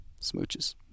Smooches